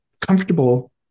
comfortable